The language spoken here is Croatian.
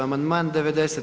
Amandman 90.